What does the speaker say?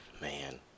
man